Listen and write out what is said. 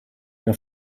mehr